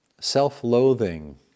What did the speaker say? self-loathing